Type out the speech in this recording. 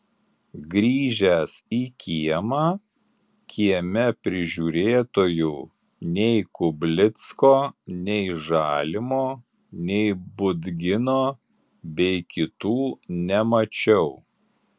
grįžęs į kiemą kieme prižiūrėtojų nei kublicko nei žalimo nei budgino bei kitų nemačiau